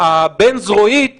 הבין-זרועית